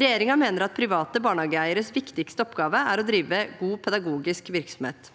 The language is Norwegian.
Regjeringen mener at private barnehageeieres viktigste oppgave er å drive god pedagogisk virksomhet.